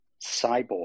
Cyborg